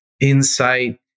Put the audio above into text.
insight